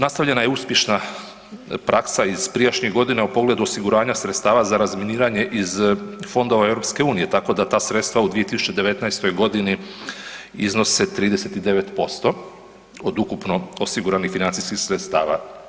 Nastavljena je uspješna praksa iz prijašnjih godina u pogledu osiguranja sredstava za razminiranje iz fondova EU tako da ta sredstva u 2019.g. iznose 39% od ukupno osiguranih financijskih sredstava.